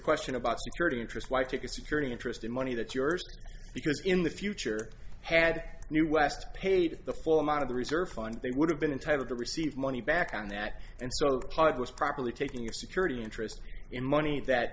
question about security interest why take a security interest in money that yours because in the future had new west paid the full amount of the reserve fund they would have been entitle to receive money back on that and so part was properly taking a security interest in money that